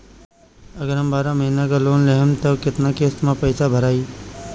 अगर हम बारह महिना के लोन लेहेम त केतना केतना किस्त मे पैसा भराई?